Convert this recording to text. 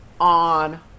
on